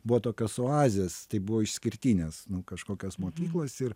buvo tokios oazės tai buvo išskirtinės kažkokios mokyklos ir